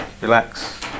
relax